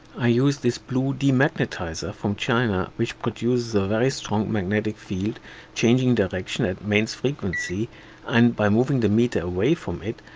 i use this blue demagnetizer from china which produces a very strong magnetic field changing direction at mains frequency and by moving the meter away from it,